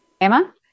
Emma